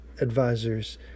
advisors